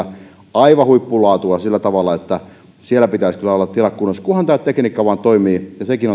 aivan huippulaatua niin että siellä pitäisi kyllä olla tilojen kunnossa kunhan tämä tekniikka vaan toimii ja sekin